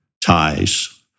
ties